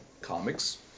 comics